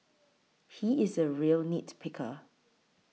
he is a real nit picker